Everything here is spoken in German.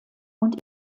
und